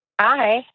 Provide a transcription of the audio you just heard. Hi